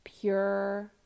pure